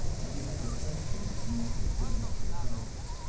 and she had the frenchwoman's knack of putting on her clothes.